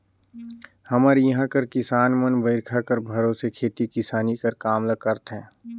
हमर इहां कर किसान मन बरिखा कर भरोसे खेती किसानी कर काम ल करथे